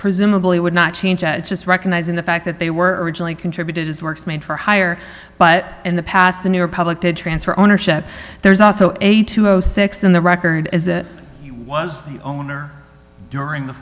presumably would not change just recognizing the fact that they were originally contributed his works made for hire but in the past the new republic to transfer ownership there's also a two hundred six in the record as it was owner during the